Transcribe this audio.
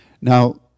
Now